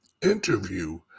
interview